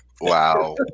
wow